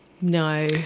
No